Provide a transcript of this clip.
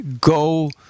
go